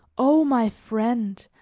oh! my friend,